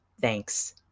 Thanks